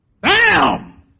Bam